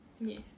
yes